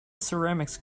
ceramics